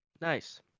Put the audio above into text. nice